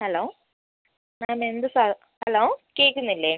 hello ma'am എന്ത് hello കേൾക്കുന്നില്ലേ